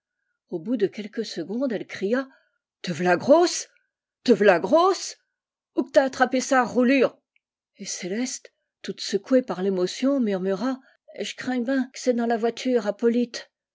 au bout de quelques secondes elle cria te v'ia o rosse te v'ia o rosse ou qu't'as attrapé ça roulure et céleste toute secouée par l'émotion murmura j'crais ben que c'est dans la voiture à polyte